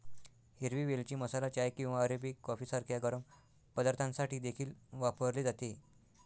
हिरवी वेलची मसाला चाय किंवा अरेबिक कॉफी सारख्या गरम पदार्थांसाठी देखील वापरली जाते